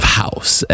house